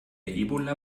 ebola